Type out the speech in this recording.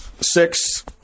Six